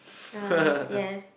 uh yes